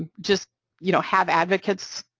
ah just you know have advocates,